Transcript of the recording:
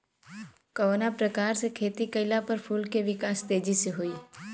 कवना प्रकार से खेती कइला पर फूल के विकास तेजी से होयी?